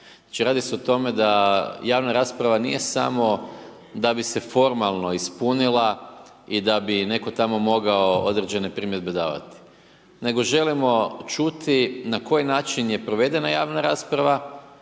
radi se o tome da javna rasprava nije samo da bi se formalno ispunila i da bi netko tamo mogao određene primjedbe davati. Nego želimo čuti na koji način je provedena javna rasprava,